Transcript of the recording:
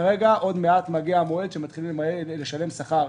עוד מעט מגיע המועד שמתחילים לשלם שכר.